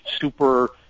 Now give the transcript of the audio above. super